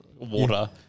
Water